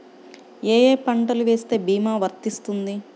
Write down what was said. ఏ ఏ పంటలు వేస్తే భీమా వర్తిస్తుంది?